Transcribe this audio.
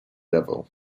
level